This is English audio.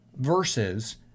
versus